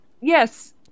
Yes